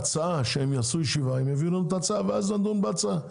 כשהם יעשו ישיבה הם יביאו הצעה ואז נדון בהצעה בישיבה.